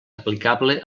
aplicable